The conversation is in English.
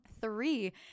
Three